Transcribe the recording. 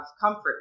comfort